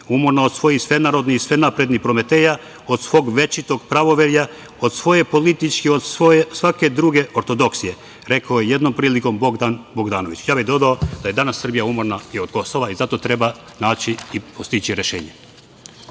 umorna od svojih svenarodnih i svenaprednih prometeja od svog večitog pravoverja, od svoje politike, od svake druge ortodoksije. Rekao je jednom prilikom Bogdan Bogdanović. Ja bih dodao da je danas Srbija umorna i od Kosova i zato treba naći i postići rešenje. Kada